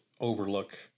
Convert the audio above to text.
overlook